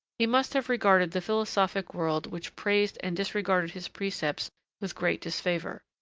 he must have regarded the philosophic world which praised and disregarded his precepts with great disfavor.